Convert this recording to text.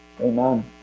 Amen